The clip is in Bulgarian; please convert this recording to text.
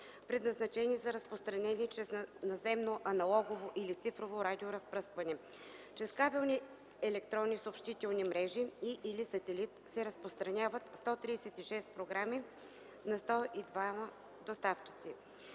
предназначени за разпространение чрез наземно аналогово или цифрово радиоразпръскване. Чрез кабелни електронни съобщителни мрежи и/или сателит се разпространяват 136 програми на 102 доставчици.